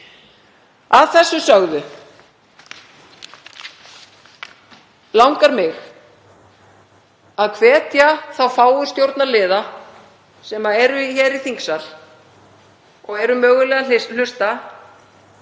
Að þessu sögðu langar mig að hvetja þá fáu stjórnarliða sem eru hér í þingsal og eru mögulega hlusta